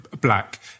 black